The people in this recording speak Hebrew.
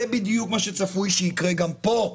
זה בדיוק מה שצפוי שיקרה גם פה.